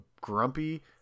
grumpy